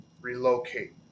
relocate